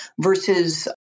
versus